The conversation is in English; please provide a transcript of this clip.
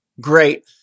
Great